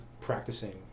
practicing